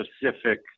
specific